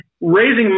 raising